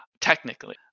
technically